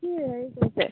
কি হেৰি কৈছে